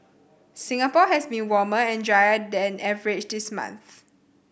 Singapore has been warmer and drier than average this month